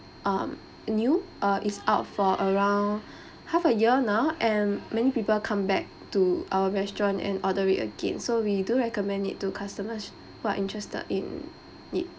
um new uh it's out for around half a year now and many people come back to our restaurant and order it again so we do recommend it to customers who are interested in it